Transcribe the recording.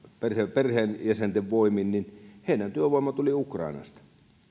perheenjäsenten voimin niin heidän työvoimansa tuli ukrainasta